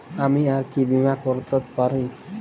আমি আর কি বীমা করাতে পারি?